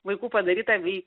vaikų padarytą bei